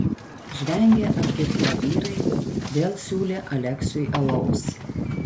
žvengė apgirtę vyrai vėl siūlė aleksiui alaus